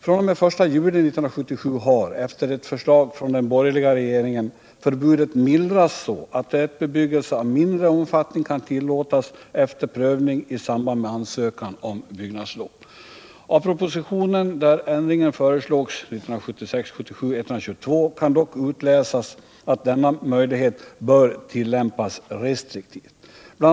fr.o.m. den I juli 1977 har, efter ett förslag från den borgerliga regeringen, förbudet mildrats så att tätbebyggelse av mindre omfattning kan tillåtas efter prövning i samband med ansökan om byggnadslov. Av propositionen där ändringen föreslogs kan dock utläsas att denna möjlighet bör tillämpas restriktivt. Bl.